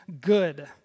good